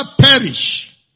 perish